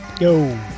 Yo